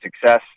success